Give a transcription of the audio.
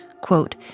quote